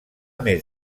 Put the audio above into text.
més